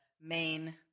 main